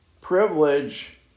privilege